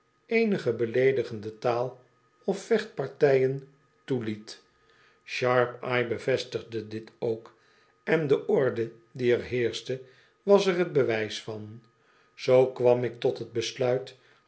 eenige beleedigende taal of vechtpartijen toeliet sharpeye bevestigde dit ook en de orde die er heerschte was er j t bewijs van zoo kwam ik tot t besluit